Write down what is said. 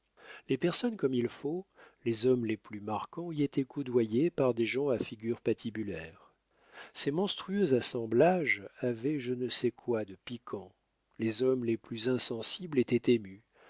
les personnes comme il faut les hommes les plus marquants y étaient coudoyés par des gens à figure patibulaire ces monstrueux assemblages avaient je ne sais quoi de piquant les hommes les plus insensibles étaient émus